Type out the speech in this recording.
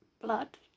Blood